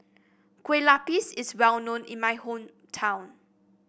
Kueh Lupis is well known in my hometown